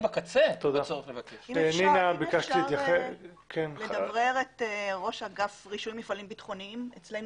אם אפשר לדברר את ראש אגף רישוי מפעלים ביטחוניים אצלנו